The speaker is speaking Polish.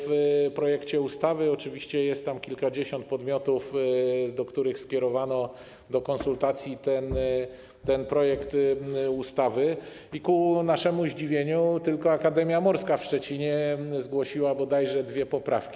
W projekcie ustawy oczywiście jest kilkadziesiąt podmiotów, do których skierowano do konsultacji projekt ustawy, i ku naszemu zdziwieniu tylko Akademia Morska w Szczecinie zgłosiła bodajże dwie poprawki.